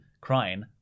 crying